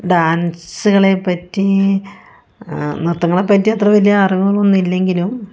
ഡാൻസുകളെപ്പറ്റി നൃത്തങ്ങളെപ്പറ്റി അത്ര വലിയ അറിവുകളൊന്നും ഇല്ലെങ്കിലും